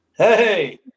Hey